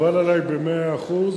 מקובל עלי במאה אחוז,